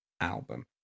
album